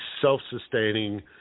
self-sustaining